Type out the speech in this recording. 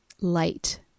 light